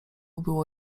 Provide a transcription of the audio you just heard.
było